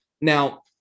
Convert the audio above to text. Now